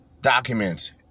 documents